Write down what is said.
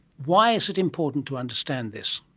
why is it important to understand this?